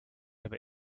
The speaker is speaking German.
aber